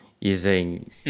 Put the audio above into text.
using